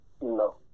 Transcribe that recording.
No